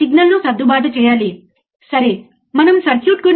6 మిల్లీవోల్ట్లు వస్తే మనం చేయగలం